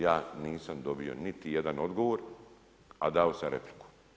Ja nisam dobio niti jedan odgovor, a dao sam repliku.